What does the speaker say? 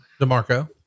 DeMarco